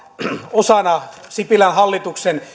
osana sipilän hallituksen